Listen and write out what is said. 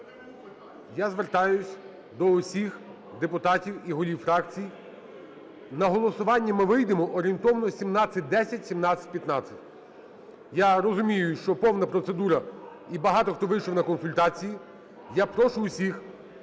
Я звертаюся до усіх депутатів і голів фракцій. На голосування ми вийдемо орієнтовно в 17:10-17:15. Я розумію, що повна процедура і багато хто вийшов на консультації. Я прошу усіх